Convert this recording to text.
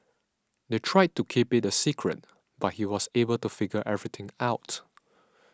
they tried to keep it a secret but he was able to figure everything out